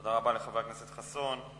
תודה רבה לחבר הכנסת חסון.